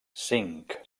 cinc